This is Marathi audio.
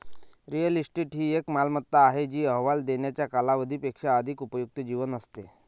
रिअल इस्टेट ही एक मालमत्ता आहे जी अहवाल देण्याच्या कालावधी पेक्षा अधिक उपयुक्त जीवन असते